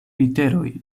literoj